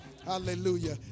Hallelujah